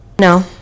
No